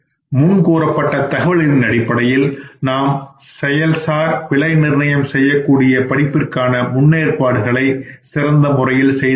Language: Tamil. முன் கூறப்பட்ட தகவல்களின் அடிப்படையில் நாம் செயல்சார் விலை நிர்ணயம் செய்யக்கூடிய படிப்பிற்கான முன்னேற்பாடுகளை சிறந்த முறையில் செய்துள்ளோம்